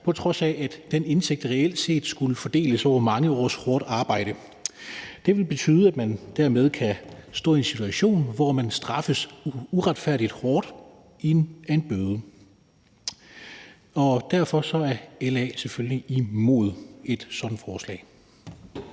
på trods af at den indtægt reelt set skulle fordeles over mange års hårdt arbejde. Det vil betyde, at man dermed kan stå i en situation, hvor man straffes uretfærdigt hårdt af en bøde. Derfor er LA selvfølgelig imod et sådant forslag.